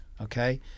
okay